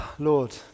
Lord